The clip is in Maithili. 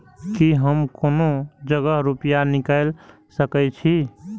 की हम कोनो जगह रूपया निकाल सके छी?